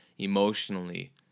emotionally